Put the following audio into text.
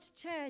church